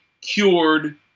cured